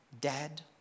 dad